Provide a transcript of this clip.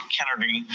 Kennedy